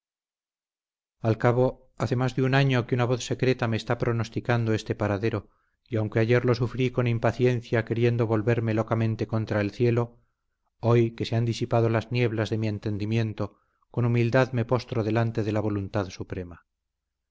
al cabo hace más de un año que una voz secreta me está pronosticando este paradero y aunque ayer lo sufrí con impaciencia queriendo volverme locamente contra el cielo hoy que se han disipado las nieblas de mi entendimiento con humildad me postro delante de la voluntad suprema